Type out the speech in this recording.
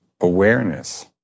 awareness